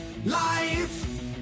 Life